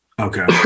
Okay